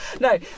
No